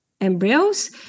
embryos